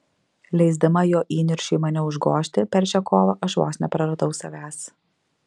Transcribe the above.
leisdama jo įniršiui mane užgožti per šią kovą aš vos nepraradau savęs